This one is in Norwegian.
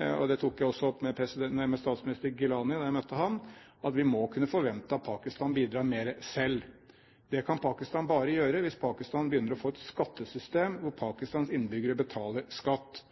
og jeg tok også opp med statsminister Gilani da jeg møtte ham, at vi må kunne forvente at Pakistan bidrar mer selv. Det kan Pakistan bare gjøre hvis Pakistan begynner å få et skattesystem hvor Pakistans innbyggere betaler skatt. I dag har Pakistan